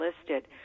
listed